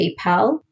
PayPal